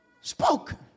spoken